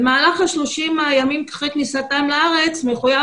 במהלך 30 הימים אחרי כניסתם לארץ מחויב